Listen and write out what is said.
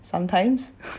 sometimes